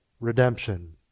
Redemption